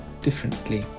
differently